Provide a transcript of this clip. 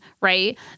right